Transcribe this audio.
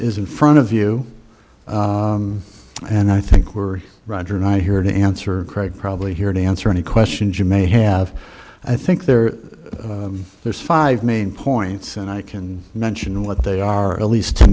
is in front of you and i think we're roger and i here to answer craig probably here to answer any questions you may have i think there there's five main points and i can mention what they are at least to